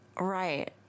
Right